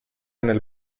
nel